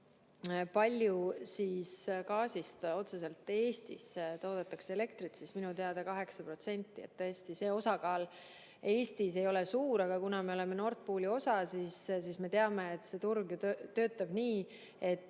kui palju otseselt gaasist Eestis toodetakse elektrit, siis minu teada 8%. Nii et tõesti, see osakaal Eestis ei ole suur. Aga kuna me oleme Nord Pooli osa, siis me teame, et see turg töötab nii, et